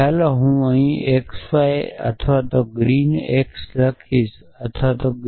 તો ચાલો હું આને અહીં xy અથવા ગ્રીન x અથવા